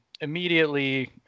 immediately